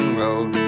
road